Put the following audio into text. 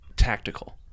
tactical